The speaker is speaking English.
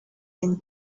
been